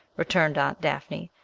returned aunt dafney.